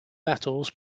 battles